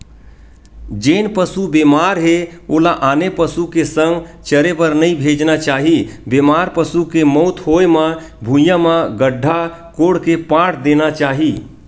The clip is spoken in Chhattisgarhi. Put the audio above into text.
जेन पसु बेमार हे ओला आने पसु के संघ चरे बर नइ भेजना चाही, बेमार पसु के मउत होय म भुइँया म गड्ढ़ा कोड़ के पाट देना चाही